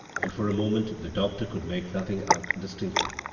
and for a moment the doctor could make nothing out distinctly.